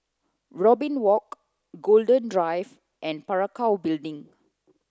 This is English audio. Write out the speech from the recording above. Robin Walk Golden Drive and Parakou Building